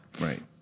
Right